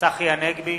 צחי הנגבי,